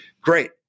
Great